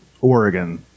Oregon